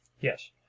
Yes